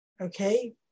okay